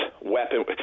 weapon